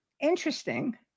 interesting